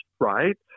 right